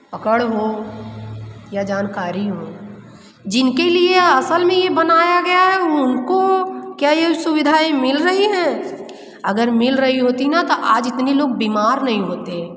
पकड़ हो या जानकारी हो जिनके लिए असल में यह बनाया गया है उनको क्या यह सुविधाएँ मिल रही है अगर मिल रही होती न तो आज इतनी लोग बीमार नहीं होते